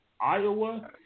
Iowa